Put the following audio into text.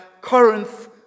Corinth